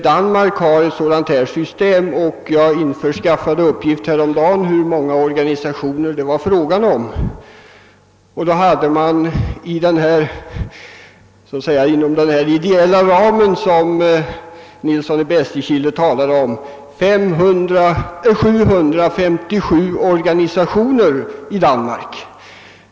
Danmark har ett avdragssystem, och jag införskaffade häromdagen uppgifter om hur många organisationer det var fråga om. Det visade sig då att man inom den »ideella» ram, som herr Nilsson i Bästekille talar om, har 757 organisationer i Danmark.